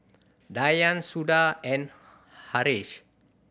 Dhyan Suda and Haresh